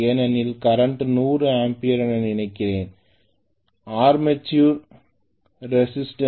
ஏனெனில் current 100 ampere என நினைக்கிறேன் ஆர்மேச்சர் ரெசிஸ்டன்ஸ்எவ்வளவு